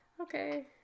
Okay